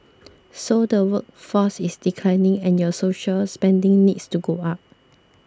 so the workforce is declining and your social spending needs to go up